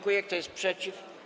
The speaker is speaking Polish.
Kto jest przeciw?